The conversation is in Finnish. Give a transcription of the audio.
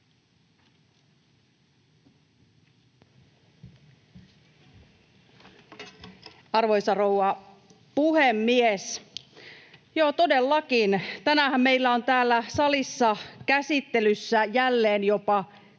Arvoisa rouva puhemies! Joo, todellakin, tänäänhän meillä on täällä salissa käsittelyssä jälleen jopa